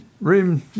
room